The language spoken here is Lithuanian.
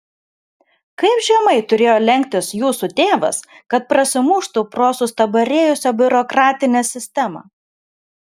kaip žemai turėjo lenktis jūsų tėvas kad prasimuštų pro sustabarėjusią biurokratinę sistemą